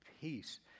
peace